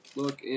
look